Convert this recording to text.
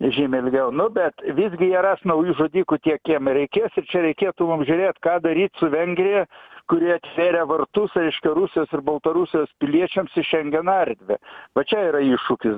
žymiai ilgiau nu bet visgi jie ras naujų žudikų tiek kiek jiem reikės ir čia reikėtų mum žiūrėt ką daryt su vengrija kuri atvėrė vartus reiškia rusijos ir baltarusijos piliečiams į šengeno erdvę va čia yra iššūkis